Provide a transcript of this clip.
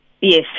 Yes